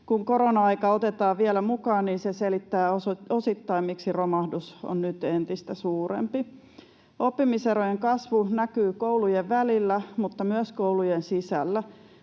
Kun korona-aika otetaan vielä mukaan, niin se selittää osittain, miksi romahdus on nyt entistä suurempi. Oppimiserojen kasvu näkyy koulujen välillä, mutta myös koulujen sisällä.